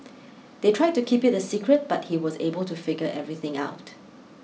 they tried to keep it the secret but he was able to figure everything out